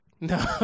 No